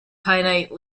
pinnate